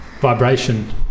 Vibration